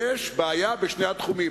יש בעיה בשני התחומים,